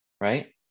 right